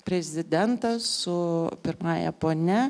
prezidentas su pirmąja ponia